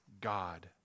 God